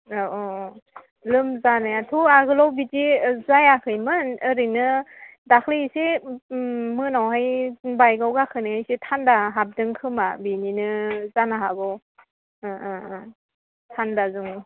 औ औ लोमजानायाथ' आगोलाव बिदि जायाखैमोन ओरैनो दाखालै एसे मोनायावहाय बाइकआव गाखोनायाव इसे थान्दा हाबदों खोमा बेनिनो जानो हागौ औ औ थान्दाजों